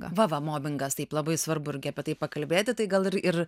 va va mobingas taip labai svarbu irgi apie tai pakalbėti tai gal ir ir